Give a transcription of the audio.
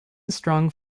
strong